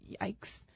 Yikes